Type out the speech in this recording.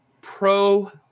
pro